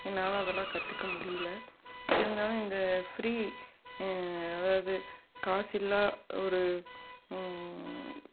என்னால் அதெல்லாம் கற்றுக்க முடியல இருந்தாலும் இந்த ஃப்ரீ அதாவது காசில்லா ஒரு